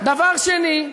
דבר שני,